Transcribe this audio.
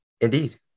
indeed